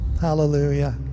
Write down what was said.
hallelujah